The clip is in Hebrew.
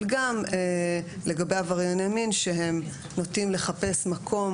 גם לגבי עברייני מין שנוטים לחפש מקום